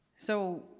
so,